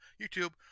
YouTube